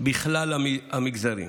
בכלל המגזרים.